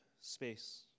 space